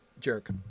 jerk